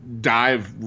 dive –